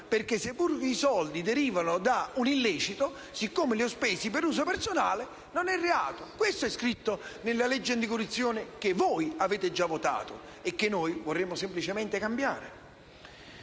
perché seppure i soldi derivano da un illecito, siccome li ho spesi per uso personale non è reato. Questo è scritto nella legge anticorruzione che voi avete già votato e che noi vorremmo semplicemente cambiare.